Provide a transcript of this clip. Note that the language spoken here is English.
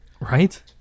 Right